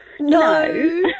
No